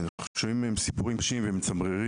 אנחנו שומעים מהם סיפורים קשים ומצמררים.